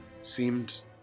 seemed